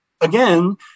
again